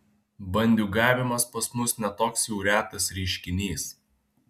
bandiūgavimas pas mus ne toks jau retas reiškinys